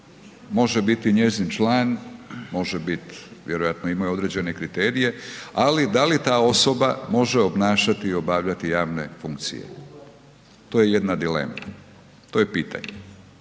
može biti njezin član, može biti, vjerojatno imaju određene kriterije, ali da li ta osoba može obnašati i obavljati javne funkcije? To je jedna dilema, to je pitanje.